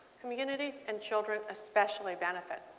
communities and children especially benefit.